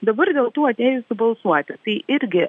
dabar dėl tų atėjusių balsuoti tai irgi